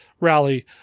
Rally